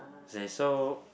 say so